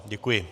Děkuji.